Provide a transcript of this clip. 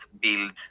build